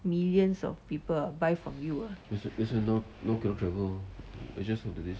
milions of people ah buy from you ah